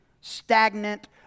stagnant